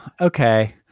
Okay